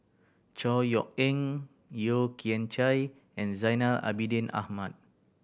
Chor Yeok Eng Yeo Kian Chai and Zainal Abidin Ahmad